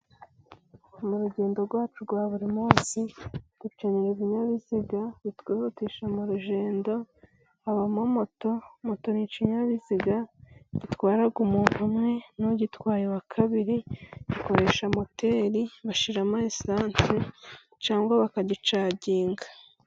Mu rugendo rwacu rwa buri munsi dukenera ibinyabiziga bitwihutisha mu rugendo habamo moto. Moto ni ikinyabiziga gitwara umuntu umwe n'ugitwaye wa kabiri. Gikoresha moteri bashyiramo esanse cyangwa bakagicaginga.